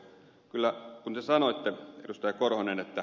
kun te sanoitte ed